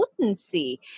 potency